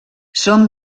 són